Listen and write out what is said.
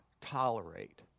tolerate